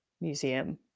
museum